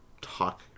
talk